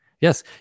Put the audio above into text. Yes